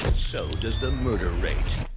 so does the murder rate.